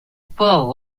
port